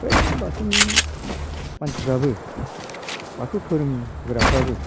बै बाथौनि मानसिफ्राबो बाथौ धोरोम होग्राफ्राबो